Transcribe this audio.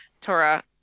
torah